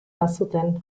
bazuten